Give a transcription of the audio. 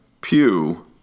Pew